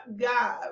God